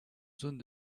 zone